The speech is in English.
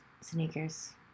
sneakers